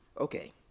Okay